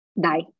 die